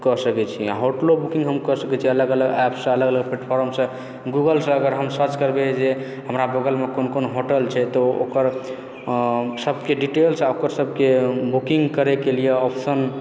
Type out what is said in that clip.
कऽ सकै छी आओर होटलो बुकिङ्ग हम कऽ सकैत छी अलग अलग ऐपसँ अलग अलग प्लेटफार्मसँ गूगलसँ अगर हम सर्च करबै जे हमरा बगलमे कोन कोन होटल छै तऽ ओकर सभके डिटेल्स आओर ओकर सभके बुकिङ्ग करैके लिए आप्शन